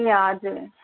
ए हजुर